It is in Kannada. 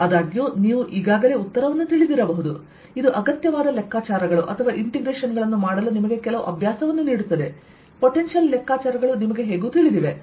ಆದಾಗ್ಯೂ ನೀವು ಈಗಾಗಲೇ ಉತ್ತರವನ್ನು ತಿಳಿದಿರಬಹುದು ಇದು ಅಗತ್ಯವಾದ ಲೆಕ್ಕಾಚಾರಗಳು ಅಥವಾ ಇಂಟೆಗ್ರೇಶನ್ ಗಳನ್ನು ಮಾಡಲು ನಿಮಗೆ ಕೆಲವು ಅಭ್ಯಾಸವನ್ನು ನೀಡುತ್ತದೆ ಪೊಟೆನ್ಶಿಯಲ್ ಲೆಕ್ಕಾಚಾರಗಳು ನಿಮಗೆ ಹೇಗೂ ತಿಳಿದಿವೆ